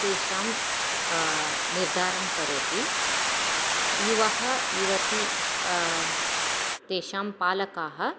तेषां निर्धारं करोति युवा युवती तेषां पालकाः